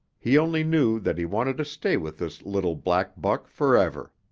he only knew that he wanted to stay with this little black buck forever.